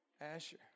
Asher